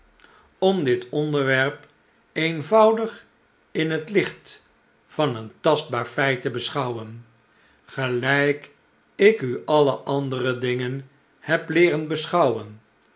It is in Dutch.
om dit onderwerp eenvoudig in het iicht van een tastbaar feit te beschouwen gelijk ik u alle andere dingen heb leeren beschouwen